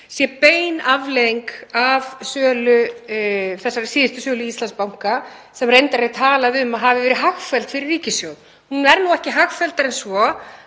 sé bein afleiðing af þessari síðustu sölu Íslandsbanka, sem reyndar er talað um að hafi verið hagfelld fyrir ríkissjóð. Hún er ekki hagfelldari en svo